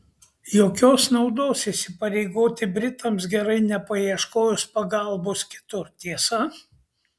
jokios naudos įsipareigoti britams gerai nepaieškojus pagalbos kitur tiesa